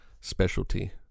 specialty